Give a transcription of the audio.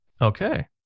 Okay